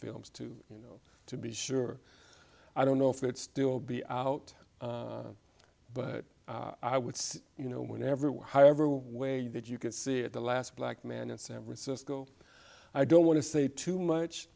films too you know to be sure i don't know if they'd still be out but i would say you know whenever we ever way that you could see it the last black man in san francisco i don't want to say too much